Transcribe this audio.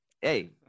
Hey